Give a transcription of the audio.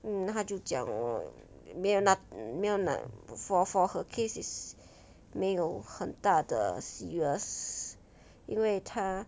mm 它就讲哦没有那没有那 for for her case is 没有很大的 serious 因为他